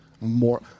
more